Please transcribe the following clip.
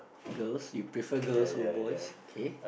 girls you prefer girls over boys okay